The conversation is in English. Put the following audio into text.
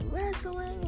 wrestling